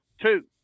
Two